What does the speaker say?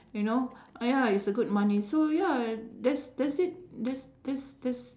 you know uh ya is a good money so ya that's that's it that's that's that's